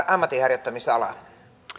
ammatinharjoittamisalaa